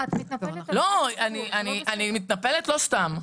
את מתנפלת --- אני מתנפלת לא סתם.